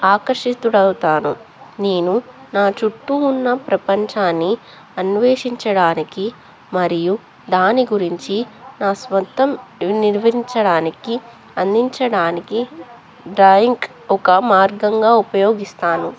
ఆకర్షితుడవుతాను నేను నా చుట్టూ ఉన్న ప్రపంచాన్ని అన్వేషించడానికి మరియు దాని గురించి నా సొంతం నిర్వహించడానికి అందించడానికి డ్రాయింగ్ ఒక మార్గంగా ఉపయోగిస్తాను